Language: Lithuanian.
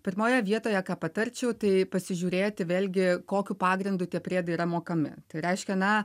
pirmoje vietoje ką patarčiau tai pasižiūrėti vėlgi kokiu pagrindu tie priedai yra mokami tai reiškia na